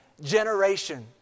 generation